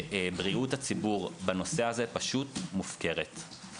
ובריאות הציבור בנושא הזה פשוט מופקרת.